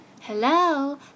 Hello